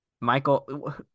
Michael